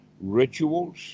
rituals